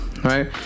Right